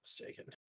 mistaken